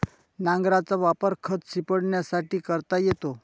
नांगराचा वापर खत शिंपडण्यासाठी करता येतो